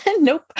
Nope